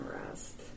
rest